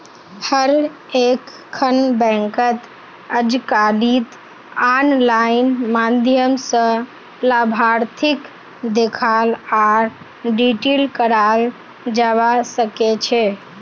हर एकखन बैंकत अजकालित आनलाइन माध्यम स लाभार्थीक देखाल आर डिलीट कराल जाबा सकेछे